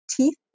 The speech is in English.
Teeth